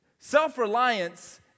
Self-reliance